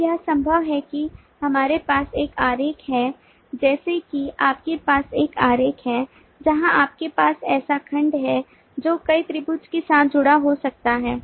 अब यह संभव है कि आपके पास एक आरेख है जैसे कि आपके पास एक आरेख है जहां आपके पास ऐसा खंड है जो कई त्रिभुज के साथ जुड़ा हो सकता है